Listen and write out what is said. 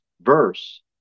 verse